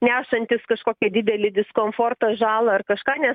nešantys kažkokį didelį diskomfortą žalą ar kažką nes